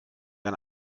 ein